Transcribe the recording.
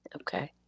Okay